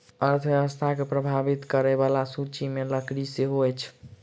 अर्थव्यवस्था के प्रभावित करय बला सूचि मे लकड़ी सेहो अछि